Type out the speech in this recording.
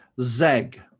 Zeg